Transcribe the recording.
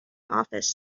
office